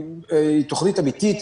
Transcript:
היא תוכנית אמיתית,